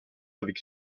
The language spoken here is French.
avec